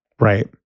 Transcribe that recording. right